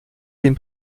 den